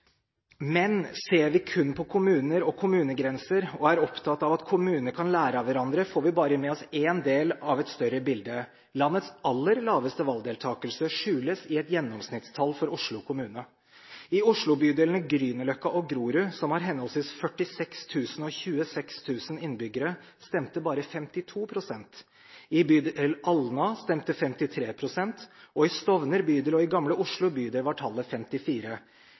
Men ser vi kun på kommuner og kommunegrenser, og er opptatt av at kommunene kan lære av hverandre, får vi bare med oss én del av et større bilde. Landets aller laveste valgdeltakelse skjules i et gjennomsnittstall for Oslo kommune. I Oslo-bydelene Grünerløkka og Grorud – som har henholdsvis 46 000 og 26 000 innbyggere – stemte bare 52 pst. I bydel Alna stemte 53 pst., og i Stovner bydel og i Gamle Oslo bydel var tallet 54.